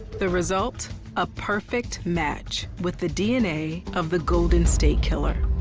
the result a perfect match with the dna of the golden state killer.